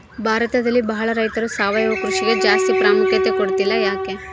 ಭಾರತದಲ್ಲಿ ಬಹಳ ರೈತರು ಸಾವಯವ ಕೃಷಿಗೆ ಜಾಸ್ತಿ ಪ್ರಾಮುಖ್ಯತೆ ಕೊಡ್ತಿಲ್ಲ ಯಾಕೆ?